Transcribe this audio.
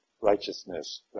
righteousness